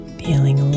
feeling